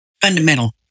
fundamental